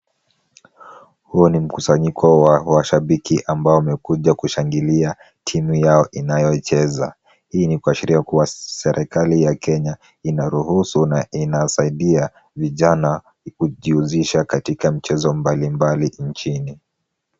Huo ni mkusanyiko wa mashabiki ambao wamekuja kushangilia timu yao inayocheza. Hii ni kuashiria kuwa serikali ya Kenya inaruhusu na inasaidia vijana kujihusisha katika mchezo mbalimbali nchini.